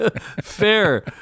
Fair